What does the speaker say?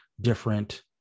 different